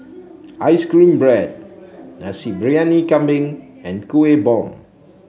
ice cream bread Nasi Briyani Kambing and Kuih Bom